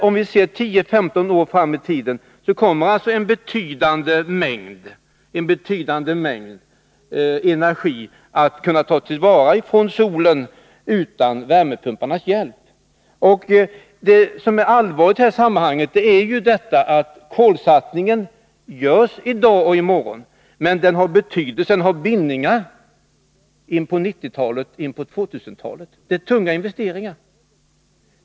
Om 10-15 år kommer alltså en betydande mängd energi att kunna tas till vara från solen utan värmepumparnas hjälp. Det som är allvarligt i detta sammanhang är att kolsatsningarna görs i dag och i morgon, men de innebär bindningar in på 1990-talet och 2000-talet. Det är tunga investeringar.